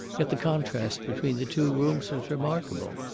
yet the contrast between the two rooms was remarkable.